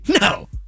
No